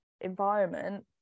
environment